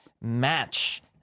match